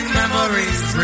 memories